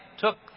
took